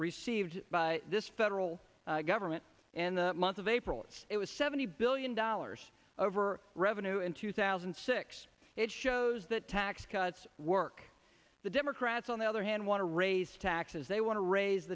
received by this federal government and the month of april it was seventy billion dollars over revenue in two thousand and six it shows that tax cuts work the democrats on the other hand want to raise taxes they want to raise